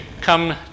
come